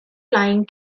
flying